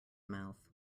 mouth